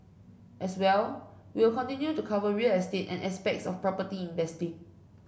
as well we'll continue to cover real estate and aspects of property investing